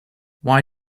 why